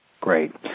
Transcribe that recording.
Great